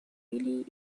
really